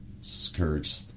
scourge